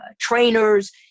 trainers